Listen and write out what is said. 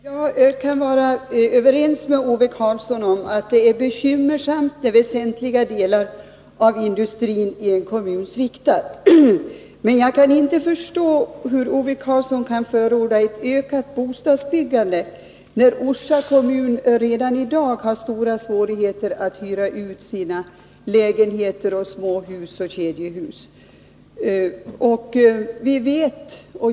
Herr talman! Jag kan vara överens med Ove Karlsson om att det är bekymmersamt när väsentliga delar av industrin i en kommun sviktar. Men jag kan inte förstå hur Ove Karlsson kan förorda ett ökat bostadsbyggande, när Orsa kommun redan i dag har stora svårigheter att hyra ut sina lägenheter, småhus och kedjehus.